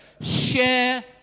share